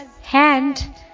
hand